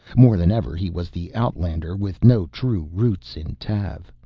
more than ever he was the outlander with no true roots in tav.